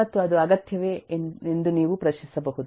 ಮತ್ತು ಅದು ಅಗತ್ಯವೇ ಎಂದು ನೀವು ಪ್ರಶ್ನಿಸಬಹುದು